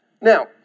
Now